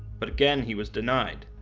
but again he was denied.